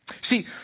See